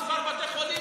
מספר בתי חולים,